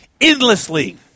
endlessly